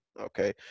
Okay